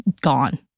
gone